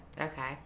Okay